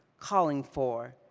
calling for,